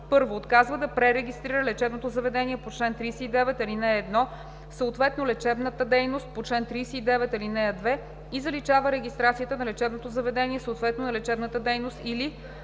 1. отказва да пререгистрира лечебното заведение по чл. 39, ал. 1, съответно лечебната дейност по чл. 39, ал. 2 и заличава регистрацията на лечебното заведение, съответно на лечебната дейност, или 2.